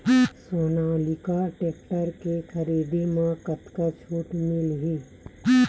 Sonalika tractor के खरीदी मा कतका छूट मीलही?